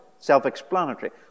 Self-explanatory